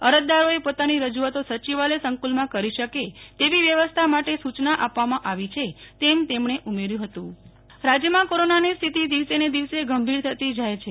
અરજદારોએ પોતાની રજૂઆતો સચિવાલય સંકુલમાં કરી શકે તેવી વ્યવસ્થા માટે સુચના આપવામાં આવી છે તેમ તેમણે ઉમેર્યું નેહલ ઠક્કર રાજ્ય કોરોના રાજ્યમાં કોરોનાની સ્થિતી દિવસેને દિવસે ગંભીર થતી જાય છે